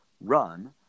run